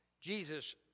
Jesus